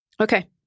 Okay